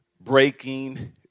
Breaking